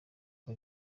uko